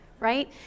Right